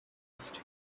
east